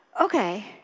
okay